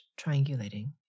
triangulating